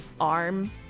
arm